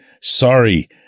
Sorry